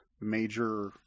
major